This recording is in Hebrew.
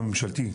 הממשלתי,